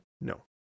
No